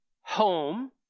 home